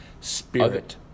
Spirit